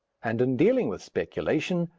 and, in dealing with speculation,